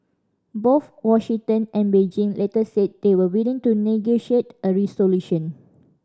both Washington and Beijing later said they were willing to negotiate a resolution